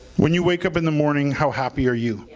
when you wake up in the morning, how happy are you?